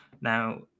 Now